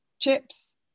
chips